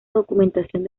documentación